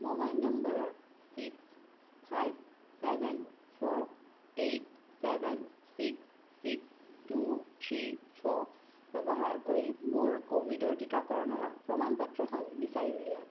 mobile number six five seven four eight seven six six two three four ব্যৱহাৰ কৰি মোৰ কোভিডৰ টিকাকৰণৰ প্ৰমাণ পত্ৰখন বিচাৰি উলিয়াওক